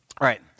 right